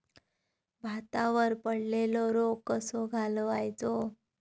भातावर पडलेलो रोग कसो घालवायचो?